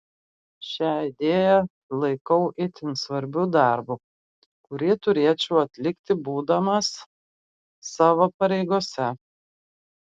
šią idėją laikau itin svarbiu darbu kurį turėčiau atlikti būdamas savo pareigose